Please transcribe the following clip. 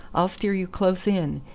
i'll steer you close in.